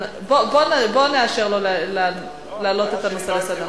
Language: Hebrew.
בוא נאשר לו להעלות את הנושא על סדר-היום.